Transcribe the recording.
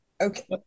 okay